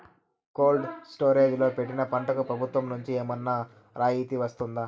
Cold storage లో పెట్టిన పంటకు ప్రభుత్వం నుంచి ఏమన్నా రాయితీ వస్తుందా?